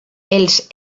els